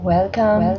Welcome